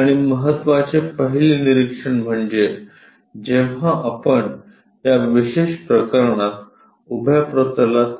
आणि महत्त्वाचे पहिले निरीक्षण म्हणजे जेव्हा आपण या विशेष प्रकरणात उभ्या प्रतलात